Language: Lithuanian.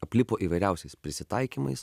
aplipo įvairiausiais prisitaikymais